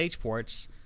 ports